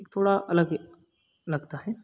एक थोड़ा अलग लगता है